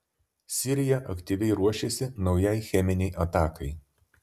sirija aktyviai ruošėsi naujai cheminei atakai